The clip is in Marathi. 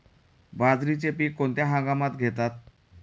बाजरीचे पीक कोणत्या हंगामात घेतात?